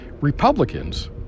Republicans